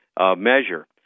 measure